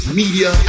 media